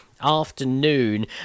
afternoon